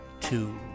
Two